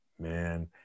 Man